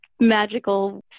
magical